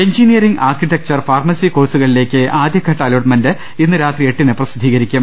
engineering architecture pharmacy കോഴ്സുകളിലേയ്ക്ക് ആദ്യഘട്ട allotment ഇന്ന് രാത്രി എട്ടിന് പ്രസിദ്ധീകരിക്കും